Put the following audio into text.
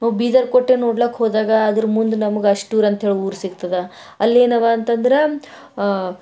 ನಾವು ಬೀದರ್ ಕೋಟೆ ನೋಡ್ಲಿಕ್ಕೆ ಹೋದಾಗ ಅದರ ಮುಂದೆ ನಮಗೆ ಅಷ್ಟೂರು ಅಂಥೇಳಿ ಊರು ಸಿಕ್ತದ ಅಲ್ಲೇನವ ಅಂತಂದ್ರೆ